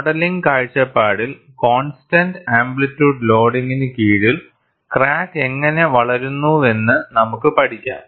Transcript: modelling കാഴ്ചപ്പാടിൽ constant amplitude ലോഡിംഗിന് കീഴിൽ ക്രാക്ക് എങ്ങനെ വളരുന്നുവെന്ന് നമുക്ക് പഠിക്കാം